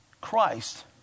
Christ